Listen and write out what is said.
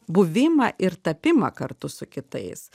buvimą ir tapimą kartu su kitais